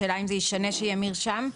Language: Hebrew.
השאלה היא: זה ישנה שיהיה מרשם?